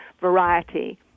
variety